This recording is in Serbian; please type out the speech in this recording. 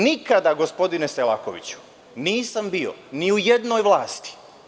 Nikada, gospodine Selakoviću, nisam bio ni u jednoj vlasti.